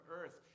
earth